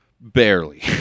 barely